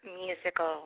musical